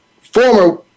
former